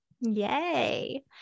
Yay